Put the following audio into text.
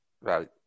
Right